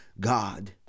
God